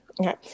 okay